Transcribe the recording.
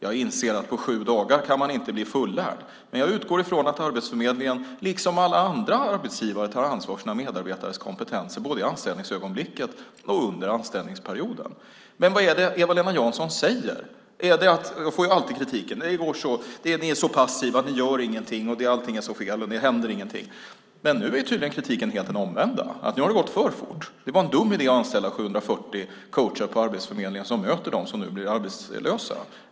Jag inser att man inte kan bli fullärd på sju dagar, men jag utgår ifrån att Arbetsförmedlingen, liksom alla andra arbetsgivare, tar ansvar för sina medarbetares kompetens, både i anställningsögonblicket och under anställningsperioden. Men vad är det Eva-Lena Jansson säger? Jag får ju alltid kritiken: Ni är så passiva, ni gör ingenting, allting är så fel och det händer ingenting. Men nu är tydligen kritiken den helt omvända. Nu har det gått för fort. Det var en dum idé att anställa 740 coacher på Arbetsförmedlingen som möter dem som nu blir arbetslösa.